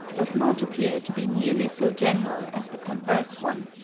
does not appear to be nearly so general as the converse one,